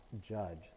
judge